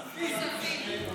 כספים.